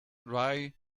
rye